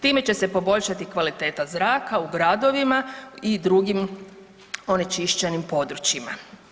Time će se poboljšati kvaliteta zraka u gradovima i drugim onečišćenim područjima.